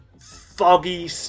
foggy